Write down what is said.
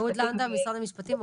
אהוד לנדאו ממשרד המשפטים,